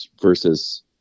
versus